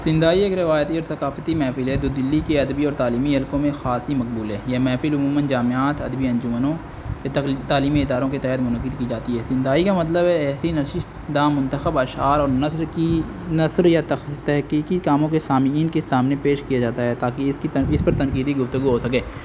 سندائی ایک روایتی اور ثقافتی محفل ہے تو دلی کی ادبی اور تعلیمی حلقوں میں خاصی مقبول ہے یہ محفل عموماً جامعات ادبی انجمنوں تعلیمی اداروں کی تحت منعقد کی جی ہے سندائی کا مطلب ہے ایسی نشست جہاں منتخب اشعار اور نثر کی نثر یا ت تحقیقی کاموں کے سامعین کے سامنے پیش کیا جاتا ہے تاکہ اس کی اس پر تنقییدی گفتگو ہو سکے